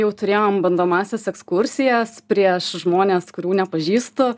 jau turėjom bandomąsias ekskursijas prieš žmones kurių nepažįstu